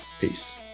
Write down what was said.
Peace